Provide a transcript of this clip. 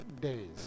days